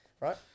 Right